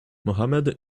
mohammed